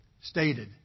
stated